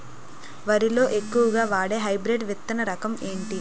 వరి లో ఎక్కువుగా వాడే హైబ్రిడ్ విత్తన రకం ఏంటి?